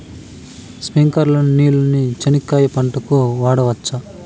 స్ప్రింక్లర్లు నీళ్ళని చెనక్కాయ పంట కు వాడవచ్చా?